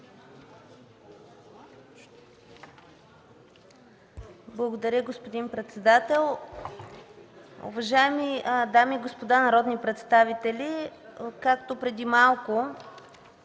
Благодаря, господин председател. Уважаеми дами и господа народни представители, както преди малко